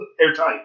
Airtight